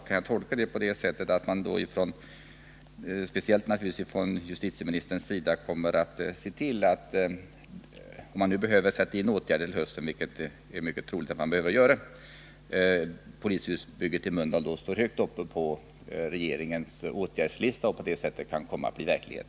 Kan jag tolka det avslutande stycket i justitieministerns svar så, att han — om man nu behöver sätta in åtgärder till hösten, vilket är mycket troligt —